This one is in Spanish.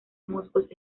musgos